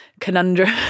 Conundrum